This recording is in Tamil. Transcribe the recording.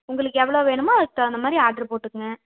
உங்களுக்கு எவ்வளோ வேணுமோ அதுக்கு தகுந்த மாதிரி ஆர்ட்ரு போட்டுக்ங்க